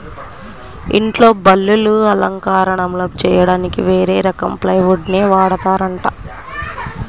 ఇంట్లో బల్లలు, అలంకరణలు చెయ్యడానికి వేరే రకం ప్లైవుడ్ నే వాడతారంట